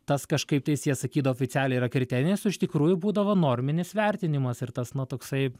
tas kažkaip tais jie sakydavo oficialiai yra kriterinis o iš tikrųjų būdavo norminis vertinimas ir tas nu toksai